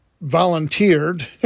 volunteered